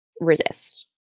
resist